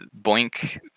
Boink